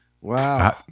wow